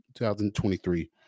2023